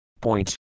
Point